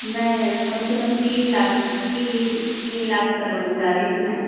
میں کم سے کم تین لاکھ تین تین لاکھ کا لون چاہ رہی تھی میں